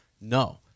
no